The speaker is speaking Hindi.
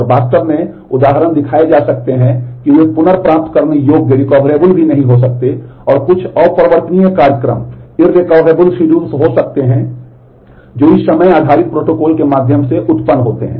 और वास्तव में उदाहरण दिखाए जा सकते हैं कि वे पुनर्प्राप्त करने योग्य हो सकते हैं जो इस समय आधारित प्रोटोकॉल के माध्यम से उत्पन्न होते हैं